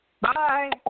Bye